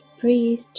Breathe